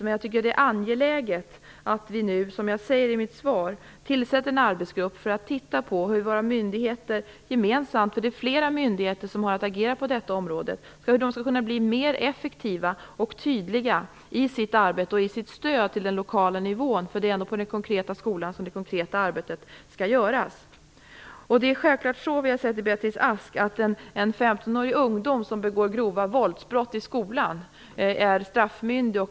Som jag säger i mitt svar tycker jag dock att det är angeläget att vi nu tillsätter en arbetsgrupp som skall titta på hur våra myndigheter gemensamt - det är flera myndigheter som har att agera på detta område - skall kunna bli mer effektiva och tydliga i sitt arbete och i sitt stöd på den lokala nivån. Det är ändå i den konkreta skolan som det konkreta arbetet skall utföras. En 15-årig ungdom som begår grova våldsbrott i skolan är självfallet straffmyndig, Beatrice Ask.